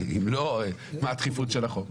אם לא, מה הדחיפות של החוק?